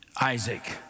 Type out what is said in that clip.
Isaac